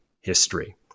history